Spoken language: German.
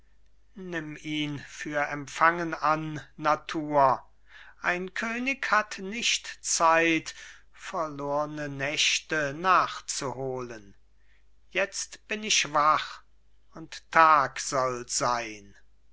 nimm ihn für empfangen an natur ein könig hat nicht zeit verlorne nächte nachzuholen jetzt bin ich wach und tag soll sein